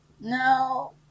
No